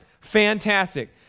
Fantastic